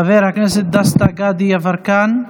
חבר הכנסת דסטה גדי יברקן.